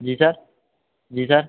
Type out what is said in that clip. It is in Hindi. जी सर जी सर